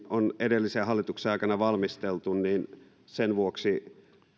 on edellisen hallituksen aikana valmisteltu niin sen vuoksi